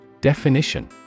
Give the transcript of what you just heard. Definition